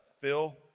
Phil